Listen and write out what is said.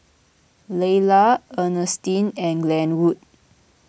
Laylah Earnestine and Glenwood